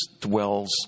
dwells